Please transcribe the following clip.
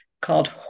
called